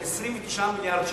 של 29 מיליארד שקל,